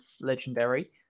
legendary